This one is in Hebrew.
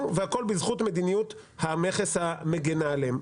והכול בזכות מדיניות המכס המגנה עליהם.